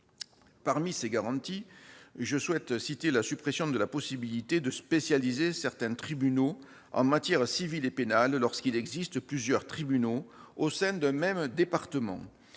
Parmi ces garanties, je citerai la suppression de la possibilité de spécialiser certains tribunaux en matière civile et pénale lorsqu'il existe plusieurs tribunaux au sein d'un même département.